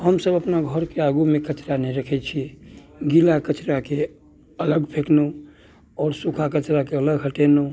हमसब अपना घरके आगूमे कचरा नहि रखैत छी गीला कचराके अलग फेकलहुँ आओर सूखा कचराके अलग हटेलहुँ